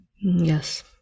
yes